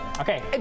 Okay